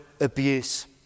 abuse